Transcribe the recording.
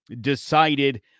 decided